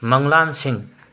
ꯃꯪꯂꯥꯟꯁꯤꯡ